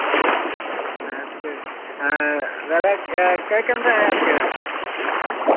नमस्ते दादा कै कमरा है आपके यहाँ